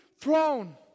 throne